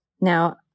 Now